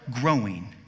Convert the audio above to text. growing